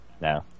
No